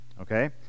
Okay